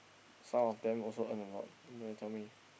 some of them also earn a lot then they tell me